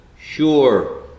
sure